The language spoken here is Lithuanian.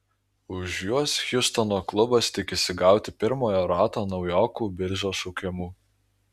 už juos hjustono klubas tikisi gauti pirmojo rato naujokų biržos šaukimų